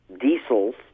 diesels